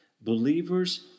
Believers